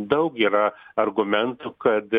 daug yra argumentų kad